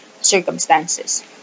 circumstances